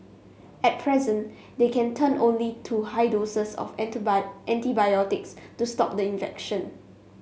at present they can turn only to high doses of enter buy antibiotics to stop the infection